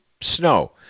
snow